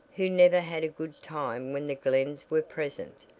who never had a good time when the glens were present,